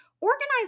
organize